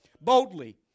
Boldly